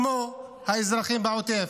כמו האזרחים בעוטף,